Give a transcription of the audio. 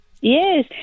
yes